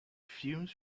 fumes